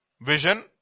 vision